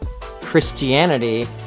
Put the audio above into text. Christianity